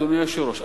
אדוני היושב-ראש,